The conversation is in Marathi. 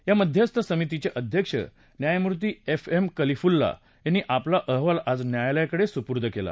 या मध्यस्थ समितीचे अध्यक्ष न्यायमूर्ती एफ एम कलीफुल्ला यांनी आपला अहवाल आज न्यायालयाकडे सुर्पद केला